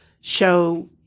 show